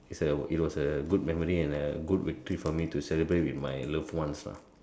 it's a it was a good memory and good victory to celebrate with my loved ones ah